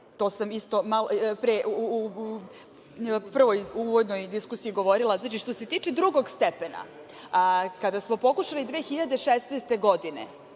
To sam isto malo pre, u prvoj uvodnoj diskusiji govorila. Znači, što se tiče drugog stepena, kada smo pokušali 2016. godine